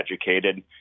educated